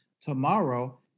tomorrow